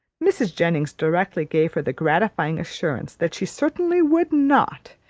mrs. jennings directly gave her the gratifying assurance that she certainly would not,